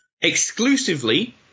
exclusively